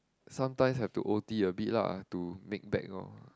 sometimes have to o_t a bit lah to make back orh